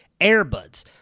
AirBuds